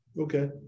Okay